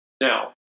Now